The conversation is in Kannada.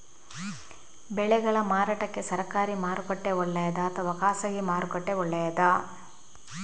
ಬೆಳೆಗಳ ಮಾರಾಟಕ್ಕೆ ಸರಕಾರಿ ಮಾರುಕಟ್ಟೆ ಒಳ್ಳೆಯದಾ ಅಥವಾ ಖಾಸಗಿ ಮಾರುಕಟ್ಟೆ ಒಳ್ಳೆಯದಾ